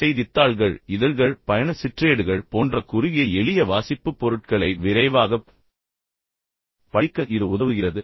செய்தித்தாள்கள் இதழ்கள் பயண சிற்றேடுகள் போன்ற குறுகிய எளிய வாசிப்புப் பொருட்களை விரைவாகப் படிக்க இது உதவுகிறது